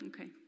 Okay